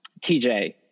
TJ